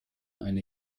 eine